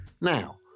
Now